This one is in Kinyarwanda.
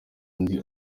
undi